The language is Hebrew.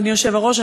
אדוני היושב-ראש,